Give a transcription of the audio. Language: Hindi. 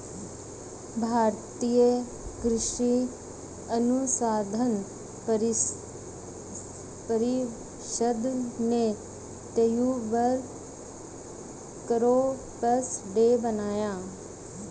भारतीय कृषि अनुसंधान परिषद ने ट्यूबर क्रॉप्स डे मनाया